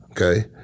Okay